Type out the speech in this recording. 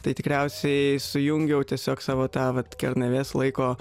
tai tikriausiai sujungiau tiesiog savo tą vat kernavės laiko